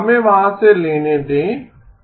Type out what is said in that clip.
हमें वहाँ से लेने दें